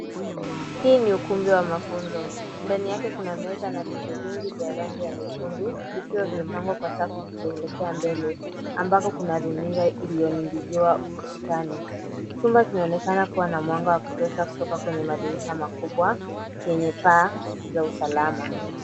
Hii ni ukumbi wa mafunzo. Ndani yake kuna meza na viti vingi vya rangi ya nyekundu vikiwa vimepangwa kwa safu vikielekea mbele ambapo kuna runinga iliyoning'iniziwa ukutani. Chumba kinaonekana kuwa na mwanga wa kutosha kutoka kwenye madirisha makubwa yenye paa za usalama.